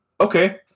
Okay